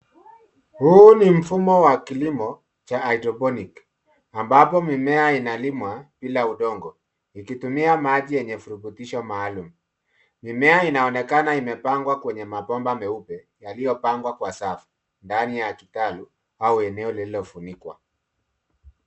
Huu ni mfumo wa kilimo cha hydroponic , ambapo mimea inalimwa bila udongo likitumia maji yenye virutubisho maalum. Mimea inaonekana imepandwa kwenye mabomba meupe yaliyopangwa kwa safu ndani ya kitalu au eneo lililofunikwa.